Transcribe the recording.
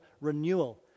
renewal